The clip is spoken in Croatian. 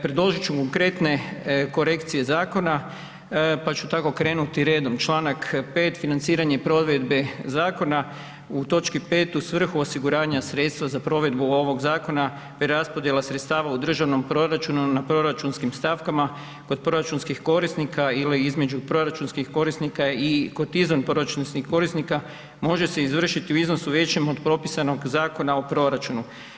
Predložit ću konkretne korekcije zakona, pa ću tako krenuti redom, čl. 5. financiranje provedbe zakona u točki 5. u svrhu osiguranja sredstva za provedbu ovog zakona, te raspodjela sredstava u državnom proračunu na proračunskim stavkama kod proračunskih korisnika ili između proračunskih korisnika i kotizam proračunskih korisnika može se izvršiti u iznosu većem od propisanog Zakona o proračunu.